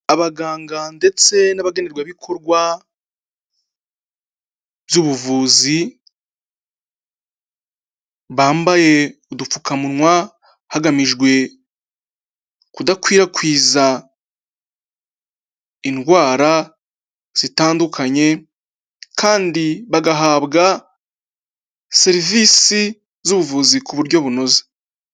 Abaganga ndetse n'abagenerwabikorwa by'ubuvuzi, bambaye udupfukamunwa hagamijwe kudakwirakwiza indwara zitandukanye kandi bagahabwa serivisi z'ubuvuzi ku buryo bunoze.